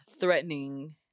threatening